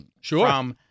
Sure